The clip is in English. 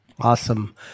Awesome